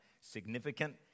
significant